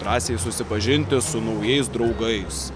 drąsiai susipažinti su naujais draugais